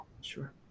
sure